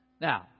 Now